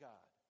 God